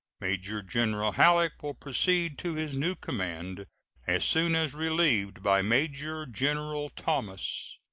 major-general halleck will proceed to his new command as soon as relieved by major-general thomas.